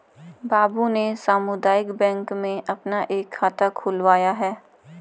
बाबू ने सामुदायिक बैंक में अपना एक खाता खुलवाया है